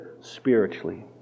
spiritually